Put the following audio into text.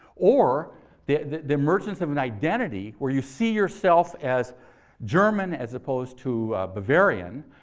or the the emergence of an identity where you see yourself as german as opposed to bavarian,